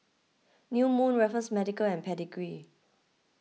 New Moon Raffles Medical and Pedigree